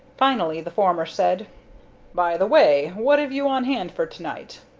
finally the former said by the way, what have you on hand for to-night?